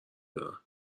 دارند